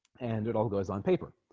and it all goes on paper